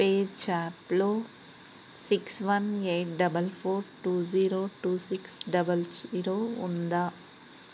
పేజాప్లో six one eight double four two zero two six double zero ఉందా